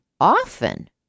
often